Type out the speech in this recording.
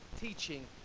teaching